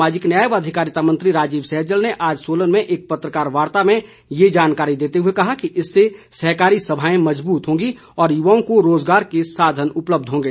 सामाजिक न्याय व अधिकारिता मंत्री राजीव सहजल ने आज सोलन में एक पत्रकार वार्ता में ये जानकारी देते हुए कहा कि इससे सहकारी सभाएं सुदृढ़ होंगी और युवाओं को रोज़गार के साधन मिलेंगे